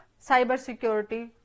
Cybersecurity